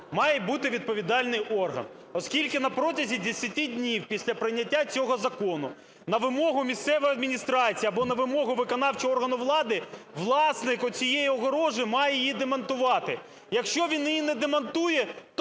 має бути відповідальний орган. Оскільки на протязі 10 днів після прийняття цього закону на вимогу місцевої адміністрації або на вимогу виконавчого органу влади власник оцієї огорожі має її демонтувати. Якщо він її не демонтує, то